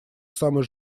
самой